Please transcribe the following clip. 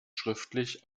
schriftlich